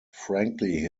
frankly